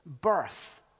birth